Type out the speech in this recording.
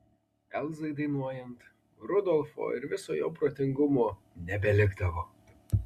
elzai dainuojant rudolfo ir viso jo protingumo nebelikdavo